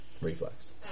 Reflex